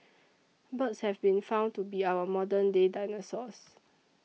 birds have been found to be our modern day dinosaurs